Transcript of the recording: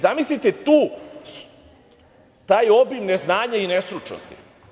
Zamislite taj obim neznanja i nestručnosti.